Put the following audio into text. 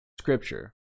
Scripture